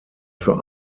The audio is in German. für